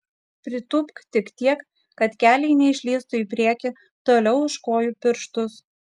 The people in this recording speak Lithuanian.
pritūpk tik tiek kad keliai neišlįstų į priekį toliau už kojų pirštus